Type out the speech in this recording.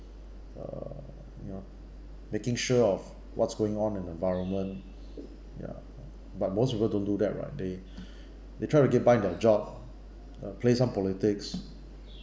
uh you know making sure of what's going on in environment ya but most people don't do that right they they try to get by their job uh play some politics